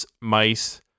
mice